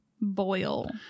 boil